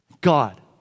God